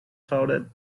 crowded